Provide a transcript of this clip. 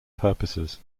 purposes